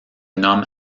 nomme